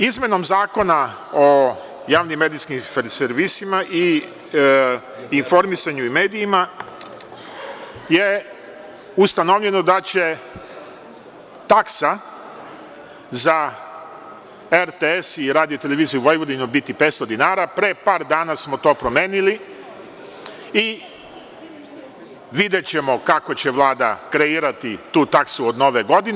Izmenom Zakona o javnim medijskim servisima i informisanju i medijima je ustanovljeno da će taksa za RTS i RT Vojvodinu biti 500 dinara, pre par dana smo to promenili i videćemo kako će Vlada kreirati tu taksu od Nove godine.